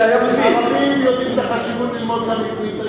ערבים יודעים את החשיבות של לימוד עברית.